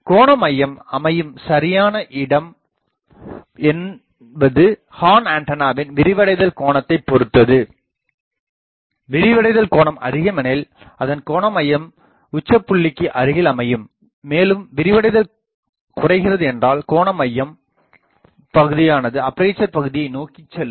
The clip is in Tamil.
கோணமையம் அமையும் சரியான இடம் என்பது ஹார்ன் ஆண்டனாவின் விரிவடைதல் கோணத்தைப் பொருத்தது விரிவடைதல் கோணம் அதிகம் எனில் அதன் கோணமையம் உச்சபுள்ளிக்கு அருகில் அமையும் மேலும் விரிவடைதல் குறைகிறது என்றால் கோணஅமையும் பகுதியானது அப்பேசர் பகுதியை நோக்கி செல்லும்